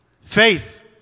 Faith